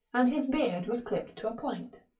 and his beard was clipped to a point.